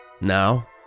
Now